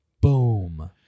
boom